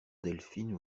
delphine